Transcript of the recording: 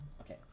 okay